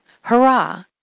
hurrah